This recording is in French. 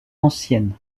ancienne